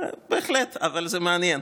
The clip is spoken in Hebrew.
בהחלט, אבל זה מעניין.